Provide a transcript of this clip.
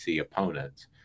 opponents